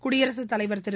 குடியரசுத் தலைவர் திரு